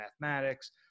mathematics